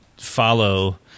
follow